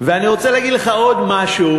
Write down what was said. ואני רוצה להגיד לך עוד משהו.